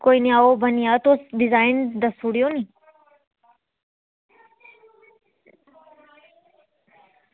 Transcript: कोई निं आओ बनी जाह्ग तुस डिजाइन दस्सी ओड़ेओ नी